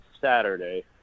Saturday